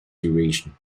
duration